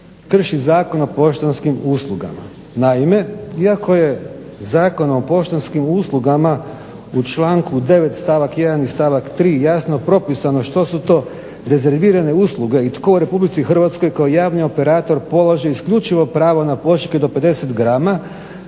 krši zakon o poštanskim uslugama. Naime, iako je Zakon o poštanskim uslugama u članku 9. stavak 1 i 3. jasno propisano što su to rezervirane usluge i tko u Republici Hrvatskoj kao javni operator polaže isključivo pravo na pošiljke do 50 grama,